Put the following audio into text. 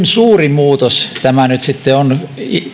suuri muutos tämä nyt sitten on